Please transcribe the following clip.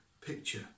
picture